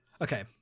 Okay